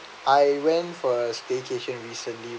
I went for a staycation recently